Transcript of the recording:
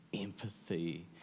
Empathy